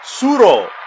Suro